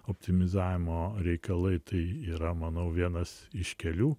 optimizavimo reikalai tai yra manau vienas iš kelių